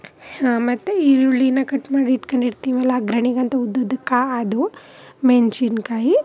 ಹಾಂ ಮತ್ತೆ ಈರುಳ್ಳಿನ ಕಟ್ ಮಾಡಿಟ್ಕೊಂಡಿರ್ತೀವಲ್ಲ ಅಗ್ರಣಿಗಂತ ಉದ್ದುದ್ದಕ್ಕೆ ಅದು ಮೆಣಸಿನ್ಕಾಯಿ